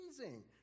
amazing